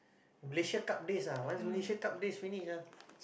Malaysia-Cup days ah once Malaysia-Cup days finish ah